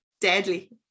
deadly